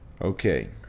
Okay